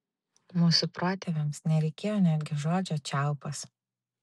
mūsų protėviams nereikėjo netgi žodžio čiaupas